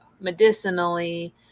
medicinally